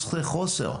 הוא מצביע על 33% חוסר.